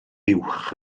uwch